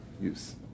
use